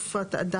גוף ---.